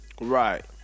Right